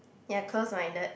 ya close minded